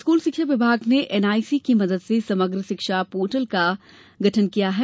school शिक्षा विभाग ने एनआईसी की मदद से समग्र शिक्षा पोर्टल का तैयार किया है